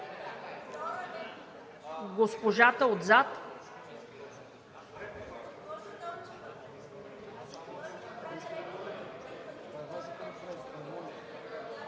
Госпожата отзад.